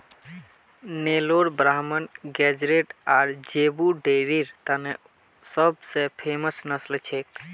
नेलोर ब्राह्मण गेज़रैट आर ज़ेबू डेयरीर तने सब स फेमस नस्ल छिके